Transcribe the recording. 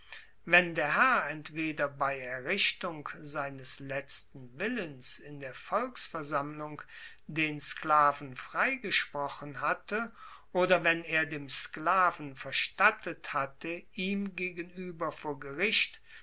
wenn der herr entweder bei errichtung seines letzten willens in der volksversammlung den sklaven freigesprochen hatte oder wenn er dem sklaven verstattet hatte ihm gegenueber vor gericht